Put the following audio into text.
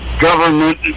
government